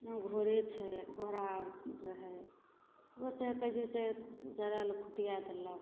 जेना घोड़े छै घोड़ा आओर रहै ओकरो चाहे कै जो चरै ले खुटिए देलक